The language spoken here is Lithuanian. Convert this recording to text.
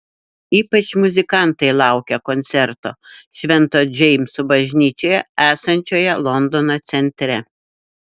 ypač muzikantai laukia koncerto švento džeimso bažnyčioje esančioje londono centre